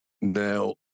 now